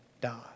die